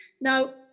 Now